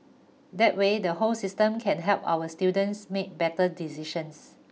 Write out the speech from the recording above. that way the whole system can help our students make better decisions